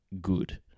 good